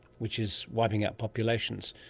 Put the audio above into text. which is wiping out populations.